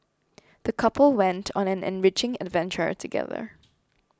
the couple went on an enriching adventure together